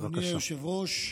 אדוני היושב-ראש.